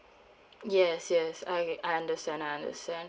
yes yes I I understand I understand